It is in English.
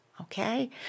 okay